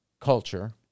culture